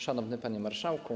Szanowny Panie Marszałku!